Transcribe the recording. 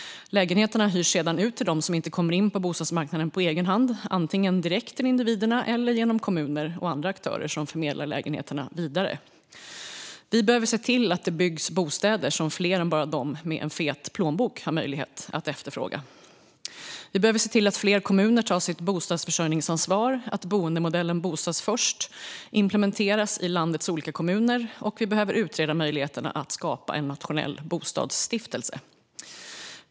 Lägenheterna hyrs sedan ut till dem som inte kommer in på bostadsmarknaden på egen hand, antingen direkt till individerna eller genom kommuner och andra aktörer som förmedlar lägenheterna vidare. Vi behöver se till att det byggs bostäder som fler än bara de med en fet plånbok har möjlighet att efterfråga. Vi behöver se till att fler kommuner tar sitt bostadsförsörjningsansvar, att boendemodellen Bostad först implementeras i landets olika kommuner och att möjligheten att skapa en nationell bostadsstiftelse utreds.